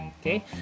Okay